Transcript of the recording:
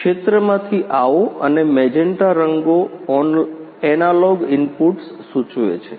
ક્ષેત્રમાંથી આવો અને મેજેન્ટા રંગો એનાલોગ ઇનપુટ્સ સૂચવે છે